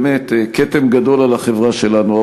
באמת כתם גדול על החברה שלנו,